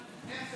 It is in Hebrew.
אני שואל איך זה